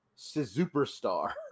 superstar